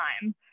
time